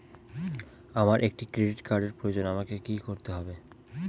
আমার একটি ক্রেডিট কার্ডের প্রয়োজন আমাকে কি করতে হবে?